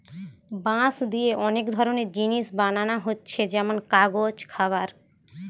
বাঁশ দিয়ে অনেক ধরনের জিনিস বানানা হচ্ছে যেমন কাগজ, খাবার